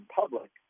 public